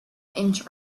inch